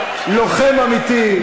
לוחם אמיתי?